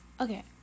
okay